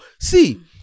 See